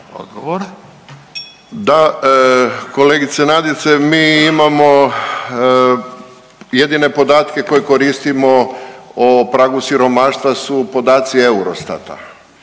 Da, kolegice Nadice mi imamo jedine podatke koje koristimo o pragu siromaštva su podaci EUROSTAT-a.